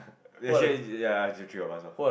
ya actually ya is the three of us loh